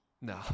No